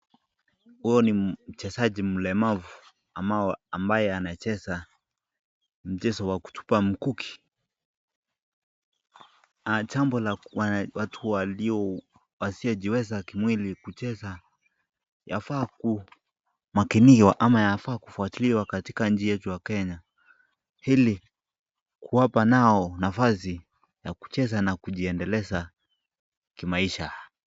Huyo ni mchezaji mlemavu ama ambaye anacheza mchezo wa kutupa mkuki. Ah jambo la watu walio wasiojiweza kimwili kucheza yafaa ku makiniwa ama yafaa kufuatiliwa katika nchi yetu ya Kenya. Hili kuwapa nao nafasi ya kucheza na kujiendeleza kimaisha.